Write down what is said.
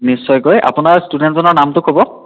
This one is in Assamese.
নিশ্চয়কৈ আপোনাৰ ষ্টুডেণ্টজনৰ নামটো ক'ব